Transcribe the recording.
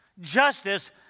justice